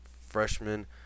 freshman